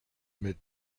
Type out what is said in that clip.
mit